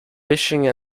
fishing